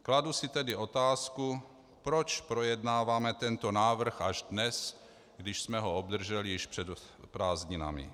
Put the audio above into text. Kladu si tedy otázku, proč projednáváme tento návrh až dnes, když jsme ho obdrželi již před prázdninami.